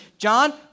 John